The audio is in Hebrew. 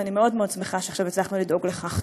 ואני מאוד מאוד שמחה שעכשיו הצלחנו לדאוג לכך.